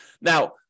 Now